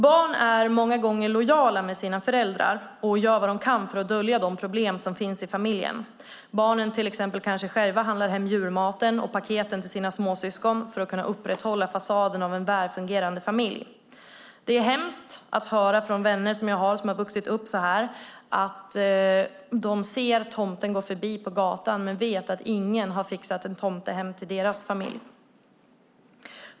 Barn är många gånger lojala med sina föräldrar och gör vad de kan för att dölja de problem som finns i familjen. Barnen kan till exempel handla hem julmaten och klapparna till småsyskonen för att på så sätt upprätthålla fasaden av en väl fungerande familj. Det är hemskt att höra från vänner som vuxit upp på detta sätt att de sett tomten gå förbi på gatan men vetat att ingen har fixat en tomte hem till dem.